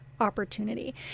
opportunity